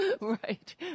Right